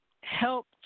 help